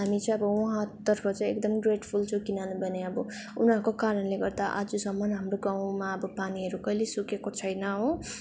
हामी चाहिँ अब उहाँतर्फ चाहिँ एकदम ग्रेटफुल छु किनभने अब उनीहरूको कारणले गर्दा आजसम्म हाम्रो गाउँमा अब पानीहरू कहिल्यै सुकेको छैन हो